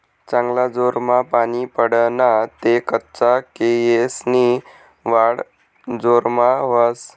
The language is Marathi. चांगला जोरमा पानी पडना ते कच्चा केयेसनी वाढ जोरमा व्हस